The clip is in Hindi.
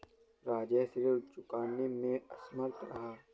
राजेश ऋण चुकाने में असमर्थ रहा